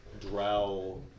Drow